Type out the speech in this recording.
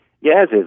Yes